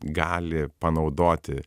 gali panaudoti